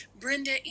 brenda